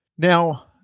Now